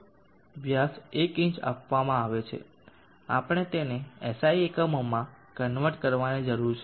વ્યાસ 1 inch આપવામાં આવે છે આપણે તેને SI એકમોમાં કન્વર્ટ કરવાની જરૂર છે